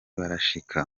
barashika